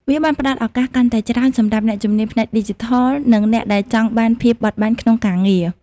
វាបានផ្តល់ឱកាសកាន់តែច្រើនសម្រាប់អ្នកជំនាញផ្នែកឌីជីថល និងអ្នកដែលចង់បានភាពបត់បែនក្នុងការងារ។